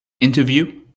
interview